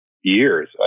years